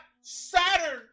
Saturn